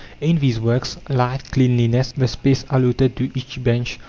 in these works, light, cleanliness, the space allotted to each bench,